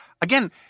again